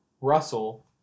Russell